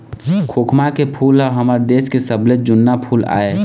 खोखमा के फूल ह हमर देश के सबले जुन्ना फूल आय